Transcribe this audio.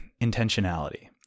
intentionality